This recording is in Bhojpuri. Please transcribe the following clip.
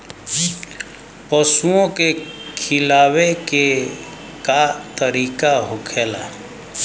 पशुओं के खिलावे के का तरीका होखेला?